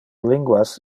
linguas